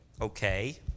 Okay